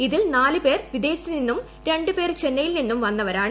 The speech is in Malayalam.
ഇതിൽ നാല് പേർ വിദേശത്ത് നിന്നും രണ്ട് പേർ ചെന്നൈയിൽ നിന്നും വന്നവരാണ്